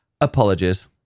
apologies